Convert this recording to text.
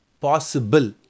possible